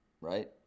right